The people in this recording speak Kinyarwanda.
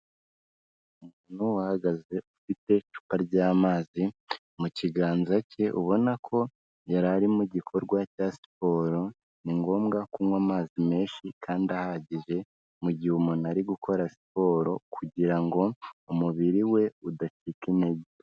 Umuntu uhagaze ufite icupa ryamazi mu kiganza cye ubona ko yari ari mu gikorwa cya siporo, ni ngombwa kunywa amazi menshi kandi ahagije mu gihe umuntu ari gukora siporo kugira ngo umubiri we udacika intege.